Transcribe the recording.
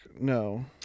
no